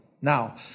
Now